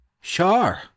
Sure